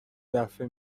دفه